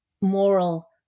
moral